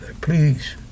Please